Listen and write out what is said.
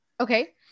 Okay